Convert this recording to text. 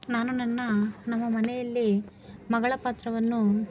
ನಾನು ನನ್ನ ನಮ್ಮ ಮನೆಯಲ್ಲಿ ಮಗಳ ಪಾತ್ರವನ್ನು